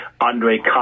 Andre